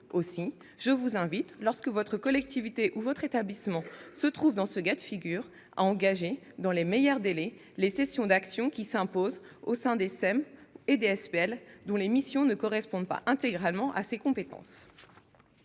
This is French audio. Aussi, je vous invite, lorsque votre collectivité ou votre établissement se trouve dans ce cas de figure, à engager, dans les meilleurs délais, les cessions d'actions qui s'imposent au sein des SEM et des SPL dont les missions ne correspondent pas intégralement à ses compétences